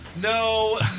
no